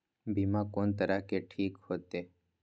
बीमा कोन तरह के ठीक होते?